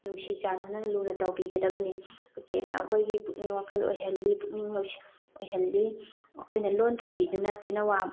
ꯅꯨꯡꯁꯤ ꯆꯥꯟꯅꯅ ꯂꯨꯅ ꯇꯧꯕꯤꯒꯗꯕꯅꯤ ꯎꯆꯦꯛꯅ ꯑꯩꯈꯣꯏꯒꯤ ꯄꯨꯛꯅꯤꯡ ꯋꯥꯈꯜ ꯑꯣꯏꯍꯜꯂꯤ ꯄꯨꯛꯅꯤꯡ ꯂꯧꯁꯤꯡ ꯑꯣꯏꯍꯜꯂꯤ ꯑꯩꯈꯣꯏꯅ ꯂꯣꯟ ꯇꯝꯕꯤꯗꯨꯅ ꯇꯦꯅꯋꯥ